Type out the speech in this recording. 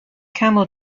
camel